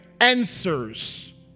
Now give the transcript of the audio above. answers